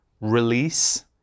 release